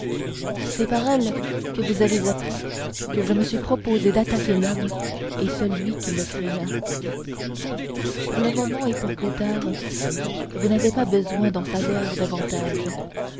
c'est par elle que vous avez appris que je me suis proposé d'attaquer l'homme et celui qui le créa pour le moment et pour plus tard vous n'avez pas besoin d'en savoir davantage